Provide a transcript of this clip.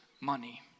money